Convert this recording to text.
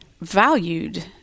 valued